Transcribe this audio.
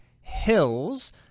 hills